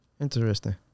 interesting